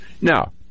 now